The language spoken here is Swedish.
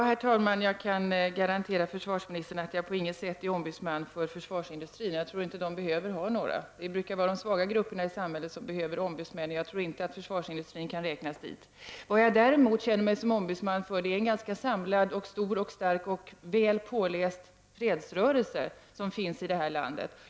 Herr talman! Jag kan garantera försvarsministern att jag på inget sätt är ombudsman för försvarsindustrin. Jag tror inte den behöver ha några ombudsmän. Det brukar vara de svaga grupperna i samhället som behöver ombudsmän, och jag tror inte att försvarsindustrin kan räknas dit. Vad jag däremot känner mig som ombudsman för är en ganska samlad och stor och stark, väl påläst fredsrörelse här i landet.